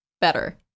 better